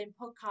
podcast